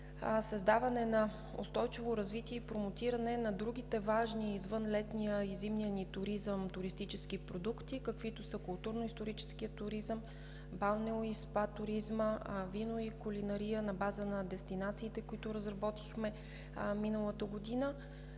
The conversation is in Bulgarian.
създаване на устойчиво развитие и промотиране на другите важни, извън летния и зимния ни туризъм, туристически продукти, каквито са културно-историческия туризъм, балнео- и спа туризма, вино и кулинария на база на дестинациите, които разработихме миналата година.